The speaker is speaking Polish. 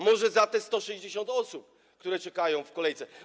Może za te 160 osób, które czekają w kolejce?